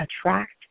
attract